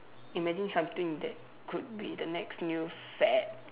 imagine something that could be the next new fad